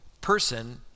person